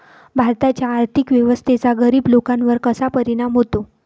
भारताच्या आर्थिक व्यवस्थेचा गरीब लोकांवर कसा परिणाम होतो?